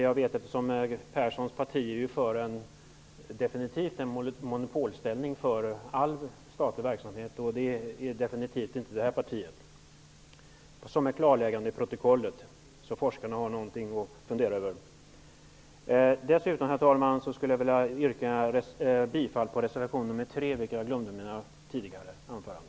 Karl-Erik Perssons parti är ju för en monopolställning för all statlig verksamhet. Det är definitivt inte mitt parti. Det kan vara bra som ett klarläggande i protokollet. Då har forskarna något att fundera över. Herr talman! Dessutom vill jag yrka bifall till reservation 3, vilket jag glömde i mina tidigare anföranden.